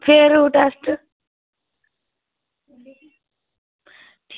फिर ओह् टेस्ट